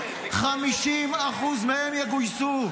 50% מהם יגויסו.